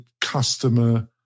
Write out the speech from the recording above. customer